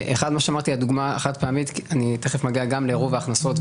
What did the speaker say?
לגבי הדוגמה החד-פעמית שאמרתי ותיכף אגיע גם לעירוב ההכנסות,